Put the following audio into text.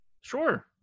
Sure